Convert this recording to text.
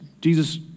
Jesus